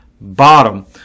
bottom